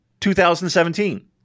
2017